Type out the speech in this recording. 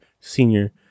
senior